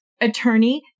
attorney